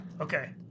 Okay